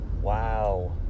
Wow